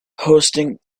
hosting